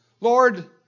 Lord